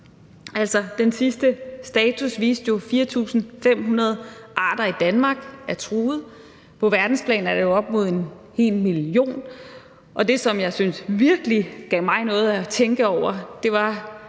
den sidste status viste jo, at 4.500 arter i Danmark er truet. På verdensplan er det jo op imod 1.000.000. Det, som jeg synes virkelig gav mig noget at tænke over, var,